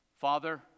Father